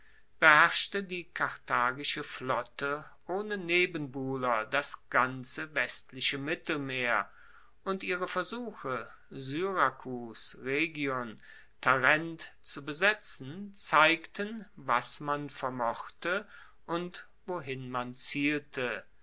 beherrschte die karthagische flotte ohne nebenbuhler das ganze westliche mittelmeer und ihre versuche syrakus rhegion tarent zu besetzen zeigten was man vermochte und wohin man zielte